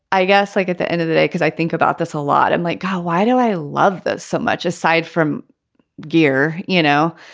i guess like at the end of the day, because i think about this a lot, i'm like, god, why do i love this so much aside from gear, you know?